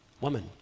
Woman